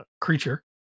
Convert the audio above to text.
creature